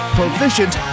Proficient